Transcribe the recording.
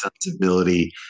sensibility